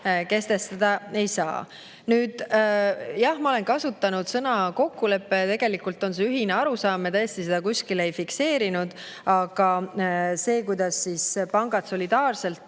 kehtestada ei saa. Nüüd jah, ma olen kasutanud sõna "kokkulepe", aga tegelikult on see ühine arusaam – me tõesti seda kuskil ei fikseerinud –, kuidas pangad solidaarselt